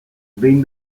behin